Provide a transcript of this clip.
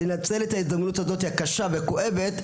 צריך לנצל את ההזדמנות הקשה והכואבת הזאת,